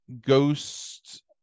ghost